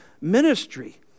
ministry